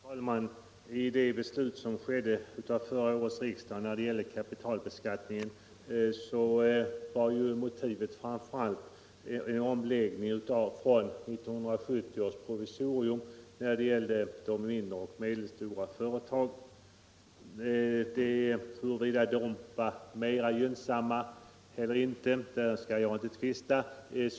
Herr talman! I det beslut som fattades av förra årets riksdag i fråga om kapitalbeskattningen var syftet framför allt en omläggning av det system som gällde för de mindre och medelstora företagen enligt 1970 års provisorium. Huruvida de gamla skattereglerna var gynnsammare eller tvärt om skall jag inte tvista om.